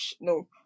no